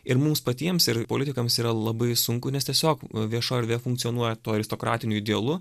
ir mums patiems ir politikams yra labai sunku nes tiesiog vieša erdvė funkcionuoja tuo aristokratiniu idealu